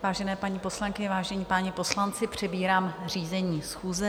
Vážené paní poslankyně, vážení páni poslanci, přebírám řízení schůze.